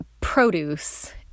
produce